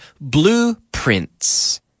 blueprints